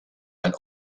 and